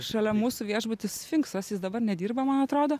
šalia mūsų viešbutis sfinksas jis dabar nedirba man atrodo